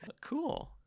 Cool